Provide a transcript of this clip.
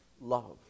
love